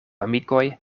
amikoj